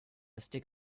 stick